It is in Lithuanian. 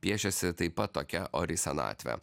piešiasi taip pat tokia ori senatvė